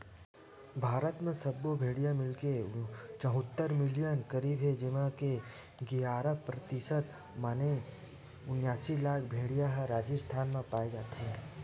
भारत म सब्बो भेड़िया मिलाके चउहत्तर मिलियन करीब हे जेमा के गियारा परतिसत माने उनियासी लाख भेड़िया ह राजिस्थान म पाए जाथे